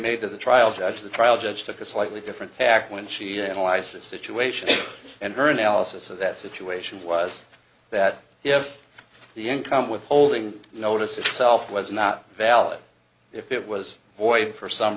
to the trial judge the trial judge took a slightly different tack when she analyzed that situation and her analysis of that situation was that if the income withholding notice itself was not valid if it was void for some